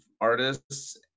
artists